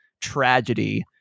tragedy